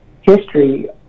history